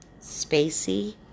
spacey